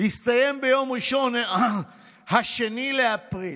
יסתיים ביום ראשון 2 באפריל.